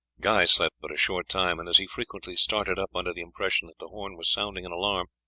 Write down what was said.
guy slept but a short time, and as he frequently started up under the impression that the horn was sounding an alarm,